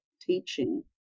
teaching